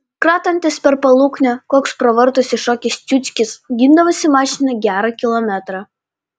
kratantis per paluknę koks pro vartus iššokęs ciuckis gindavosi mašiną gerą kilometrą